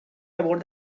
about